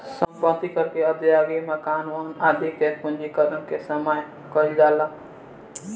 सम्पत्ति कर के अदायगी मकान, वाहन आदि के पंजीकरण के समय कईल जाला